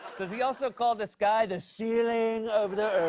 does he also call the sky the ceiling of the